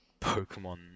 Pokemon